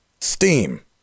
steam